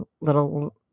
little